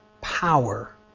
power